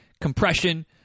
compression